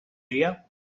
area